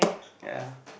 ya